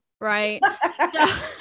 right